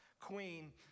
queen